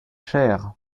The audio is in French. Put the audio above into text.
cher